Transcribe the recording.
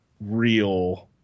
real